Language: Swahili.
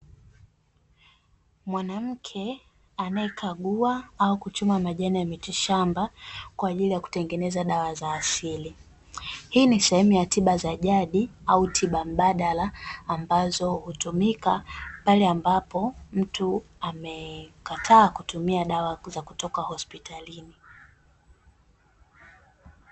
Mwanamke anayekagua au kuchuma majani ya mitishamba kwaajili ya kutengeneza dawa za asili, hii ni sehemu ya tiba za jadi au tiba mbadala ambazo hutumika, pale ambapo mtu ameekataa kutumia dawa za kutoka hospitalini.